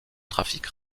trafic